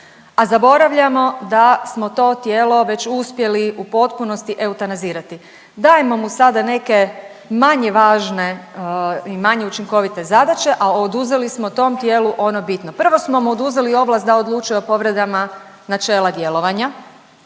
a zaboravljamo da smo to tijelo već uspjeli u potpunosti eutanazirati. Dajemo mu sada neke manje važne i manje učinkovite zadaće, a oduzeli smo tom tijelu ono bitno. Prvo smo mu oduzeli ovlast da odlučuje o povredama načela djelovanja.